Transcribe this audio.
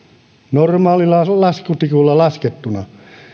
normaalilla laskutikulla laskettuna